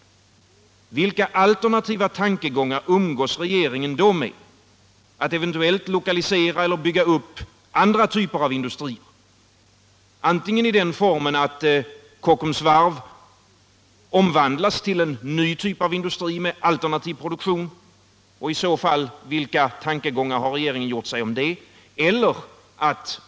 Vilka alternativa tankegångar umgås regeringen då med? Om man eventuellt skall lokalisera eller bygga upp andra typer av industrier, t.ex. i den formen att Kockums varv omvandlas till en ny typ av industri med alternativ produktion — vilka tankegångar har regeringen om det?